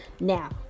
Now